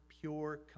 pure